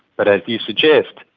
but as you suggest,